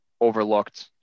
overlooked